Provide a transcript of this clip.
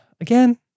again